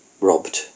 robbed